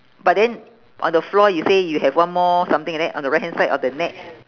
but then on the floor you say you have one more something like that on the right hand side of the net